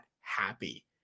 happy